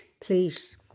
Please